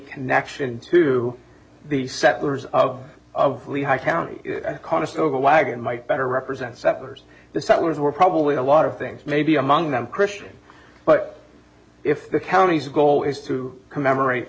connection to the settlers of of lehigh county conestoga wagon might better represent settlers the settlers were probably a lot of things maybe among them christian but if the county's goal is to commemorate